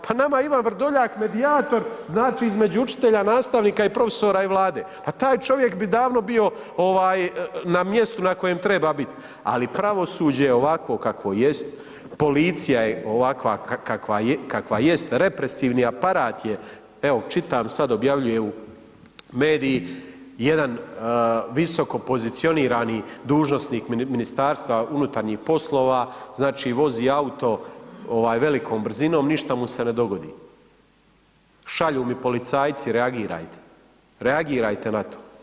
Pa nama je Ivan Vrdoljak medijator znači između učitelja, nastavnika i profesora i vlade, pa taj čovjek bi davno bio ovaj na mjestu na kojem treba biti, ali pravosuđe ovakvo kako jest, policija je ovakva kakva jest, represivni aparat je, evo čitam sad objavljuju mediji, jedan visoko pozicionirani dužnosnik ministarstva MUP-a znači vozi auto ovaj velikom brzinom ništa mu se ne dogodi, šalju mi policajci reagirajte, reagirajte na to.